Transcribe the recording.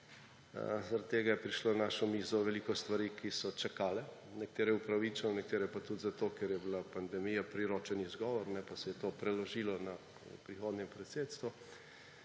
Zaradi tega je prišlo na našo mizo veliko stvari, ki so čakale, nekatere upravičeno, nekatere pa tudi zato, ker je bila pandemija priročen izgovor, pa se je to preložilo na prihodnje predsedstvo.